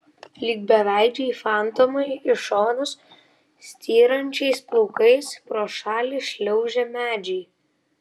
lyg beveidžiai fantomai į šonus styrančiais plaukais pro šalį šliaužė medžiai